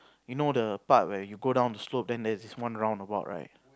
you know the part where you go down the slope then there's this one roundabout right